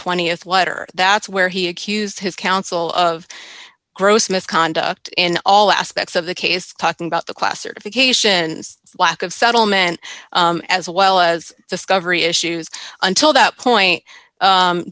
july th letter that's where he accused his counsel of gross misconduct in all aspects of the case talking about the class certification and lack of settlement as well as discovery issues until that point